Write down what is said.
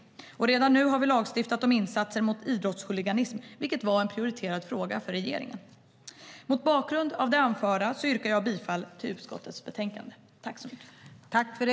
Redan nu har vi lagstiftat om insatser mot idrottshuliganism, vilket var en prioriterad fråga för regeringen. Mot bakgrund av det anförda yrkar jag bifall till förslaget i utskottets betänkande.